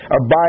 abide